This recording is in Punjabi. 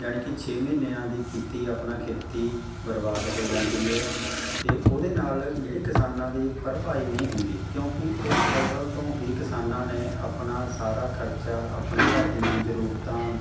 ਜਾਣੀ ਕਿ ਛੇ ਮਹੀਨਿਆਂ ਦੀ ਕੀਤੀ ਆਪਣਾ ਖੇਤੀ ਬਰਬਾਦ ਹੋ ਜਾਂਦੀ ਹੈ ਅਤੇ ਉਹਦੇ ਨਾਲ ਜਿਹੜੀ ਕਿਸਾਨਾਂ ਦੀ ਭਰਪਾਈ ਨਹੀਂ ਹੁੰਦੀ ਕਿਉਂਕਿ ਉਸ ਫਸਲ ਤੋਂ ਹੀ ਕਿਸਾਨਾਂ ਨੇ ਆਪਣਾ ਸਾਰਾ ਖਰਚਾ ਆਪਣੇ ਘਰ ਦੀਆਂ ਜ਼ਰੂਰਤਾਂ